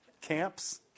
Camps